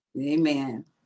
Amen